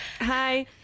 Hi